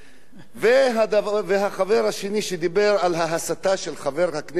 והחבר השני, שדיבר על ההסתה של חבר הכנסת דב חנין,